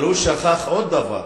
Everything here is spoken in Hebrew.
אבל הוא שכח עוד דבר,